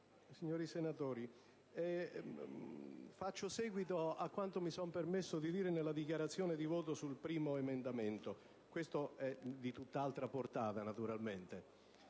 onorevoli senatori, faccio seguito a quanto mi sono permesso di dire nella dichiarazione di voto sul primo emendamento, di tutt'altra portata naturalmente